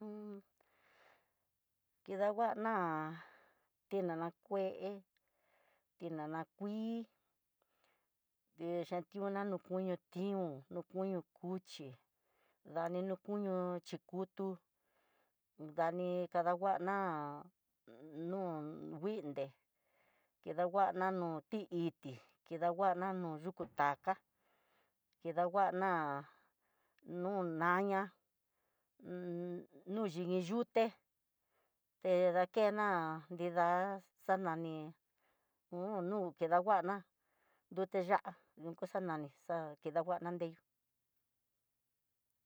Un kidanguana, tinana kué, ti nana kuii dechationá no koño tión, no koño cuchí nani nu kuñu xhikutu, dani kadanguana nun kuidé. anguana no ti ití kidanguana no yuku taká kidanguana no naña, no xhin yuté te dakena nrida xanani un nu kidanguana nruté ya'á xanani xa kidanguana nreyú.